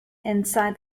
inside